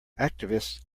activists